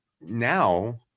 now